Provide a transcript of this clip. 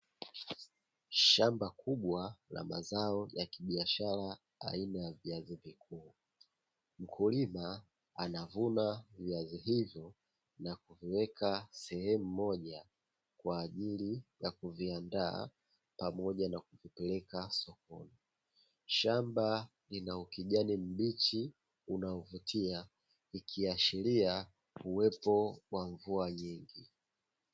Shamba kubwa la mazao ya kibiashara aina ya viazi vikuu, mkulima anavuna viazi hivyo na kuviweka sehemu moja kwaajili ya kuviandaa na kuvipeleka sokoni, shamba lina ukijani mbichi unaovutia ikiashiria uwepo wa mvua nyingi.